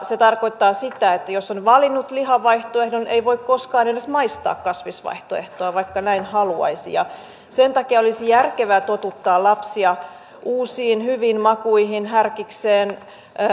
se tarkoittaa sitä että jos on valinnut lihavaihtoehdon ei voi koskaan edes maistaa kasvisvaihtoehtoa vaikka näin haluaisi sen takia olisi järkevää totuttaa lapsia uusiin hyviin makuihin härkikseen